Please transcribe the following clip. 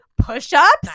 Push-ups